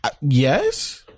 Yes